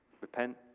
repent